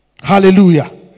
Hallelujah